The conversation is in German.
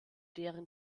deren